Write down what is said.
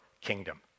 kingdom